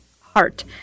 heart